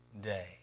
day